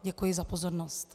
Děkuji za pozornost.